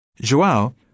Joao